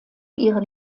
ihren